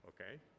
Okay